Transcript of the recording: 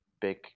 big